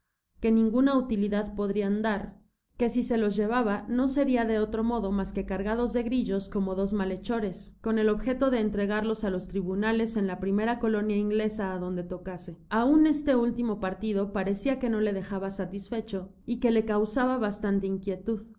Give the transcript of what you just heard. que ninguna utilidad podrian dar que si se los llevaba no seria de otro modo mas que cargados de grillos como dos malhechores con el objeto de entregarlos á los tribunales en la primera colonia inglesa adonde tocase aun este último partido parecía que na le dejaba satisfecho y que le causaba bastante inquietud